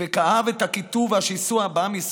וכאב את הקיטוב והשיסוע בעם ישראל.